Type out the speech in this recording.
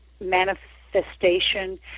manifestation